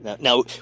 Now